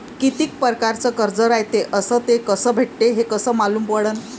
कितीक परकारचं कर्ज रायते अस ते कस भेटते, हे कस मालूम पडनं?